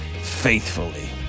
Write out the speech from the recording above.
faithfully